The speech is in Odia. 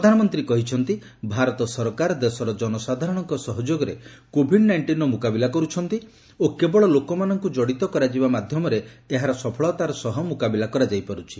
ପ୍ରଧାନମନ୍ତ୍ରୀ କହିଛନ୍ତି ଭାରତ ସରକାର ଦେଶର ଜନସାଧାରଣଙ୍କ ସହଯୋଗରେ କୋଭିଡ୍ ନାଇଷ୍ଟିନ୍ର ମୁକାବିଲା କରୁଛନ୍ତି ଓ କେବଳ ଲୋକମାନଙ୍କୁ ଜଡ଼ିତ କରାଯିବା ମାଧ୍ୟମରେ ଏହାର ସଫଳତାର ସହ ମୁକାବିଲା କରାଯାଇ ପାରୁଛି